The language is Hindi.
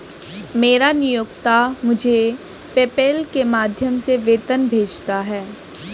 मेरा नियोक्ता मुझे पेपैल के माध्यम से वेतन भेजता है